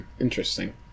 interesting